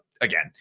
again